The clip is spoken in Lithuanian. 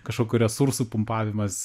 kažkokių resursų pumpavimas